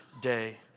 day